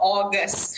August